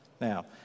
Now